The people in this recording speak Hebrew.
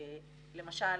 למשל,